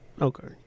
Okay